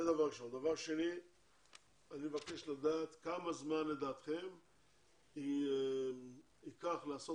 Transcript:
אני מבקש לדעת כמה זמן לדעתכם ייקח לעשות